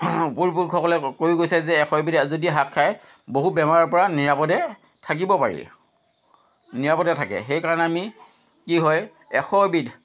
উপৰি পুৰুষসকলে কৈ গৈছে যে এশ এবিধ যদি শাক খায় বহু বেমাৰৰ পৰা নিৰাপদে থাকিব পাৰি নিৰাপদে থাকে সেইকাৰণে আমি কি হয় এশ এবিধ